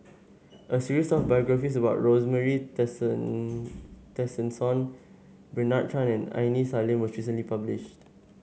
a series of biographies about Rosemary Tessensohn Bernard Tan and Aini Salim was recently published